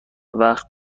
وقت